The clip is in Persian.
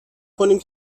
کنیم